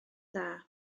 dda